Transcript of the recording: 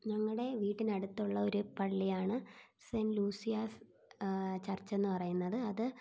ഞങ്ങളുടെ വീട്ടിനടുത്തുള്ള ഒരു പള്ളിയാണ് സെൻറ് ലൂസിയാസ് ചർച്ച് എന്ന് പറയുന്നത് അത്